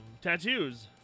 Tattoos